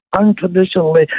unconditionally